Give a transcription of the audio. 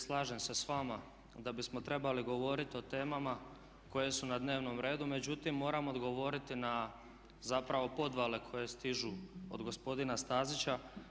Slažem se s vama da bismo trebali govoriti o temama koje su na dnevnom redu, međutim moram odgovoriti na zapravo podvale koje stižu od gospodina Stazića.